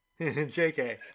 JK